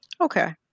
Okay